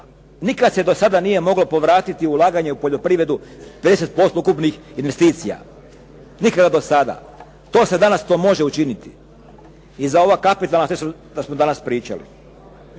Nikad se do sada nije moglo povratiti ulaganje u poljoprivredu 50% ukupnih investicija. Nikada do sada. To se danas može učiniti i za ova kapitalna sredstva što smo danas pričali.